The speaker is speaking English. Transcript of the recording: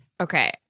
Okay